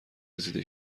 رسیده